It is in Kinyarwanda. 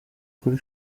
kuri